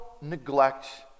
neglect